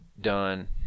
done